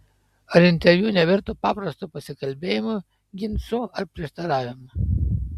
ar interviu nevirto paprastu pasikalbėjimu ginču ar prieštaravimu